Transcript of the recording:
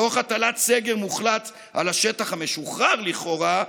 תוך הטלת סגר מוחלט על השטח המשוחרר לכאורה,